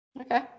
Okay